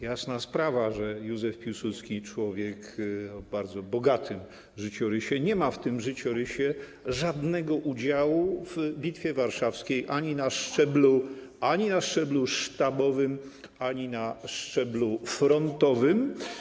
Jasna sprawa, że Józef Piłsudski, człowiek o bardzo bogatym życiorysie, nie ma w tym życiorysie żadnego udziału w Bitwie Warszawskiej - ani na szczeblu sztabowym, ani na szczeblu frontowym.